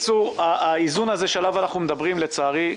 האיזון הזה שעליו אנחנו מדברים, לצערי,